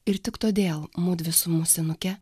ir tik todėl mudvi su musinuke